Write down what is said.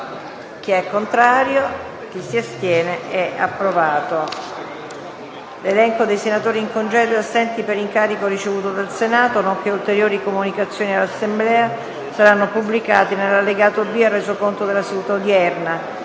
"Il link apre una nuova finestra"). L'elenco dei senatori in congedo e assenti per incarico ricevuto dal Senato, nonché ulteriori comunicazioni all'Assemblea saranno pubblicati nell'allegato B al Resoconto della seduta odierna.